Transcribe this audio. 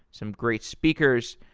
some great speakers,